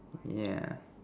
yeah